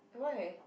why